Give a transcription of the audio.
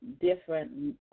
different